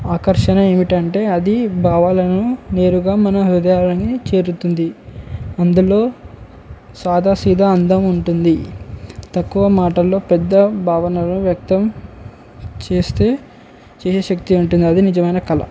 ఆకర్షణ ఏమిటంటే అది భావాలను నేరుగా మన హృదయాన్ని చేరుతుంది అందులో సాదా సీదా అందం ఉంటుంది తక్కువ మాటల్లో పెద్ద భావనలను వ్యక్తం చేస్తే చేసే శక్తి ఉంటుంది అది నిజమైన కళ